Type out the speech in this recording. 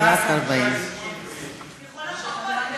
איזה באסה.